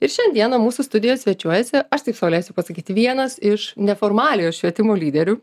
ir šiandieną mūsų studijoj svečiuojasi aš taip sau leisiu pasakyti vienas iš neformaliojo švietimo lyderių